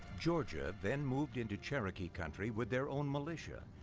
georgia then moved into cherokee country with their own militia,